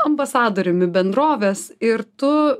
ambasadoriumi bendrovės ir tu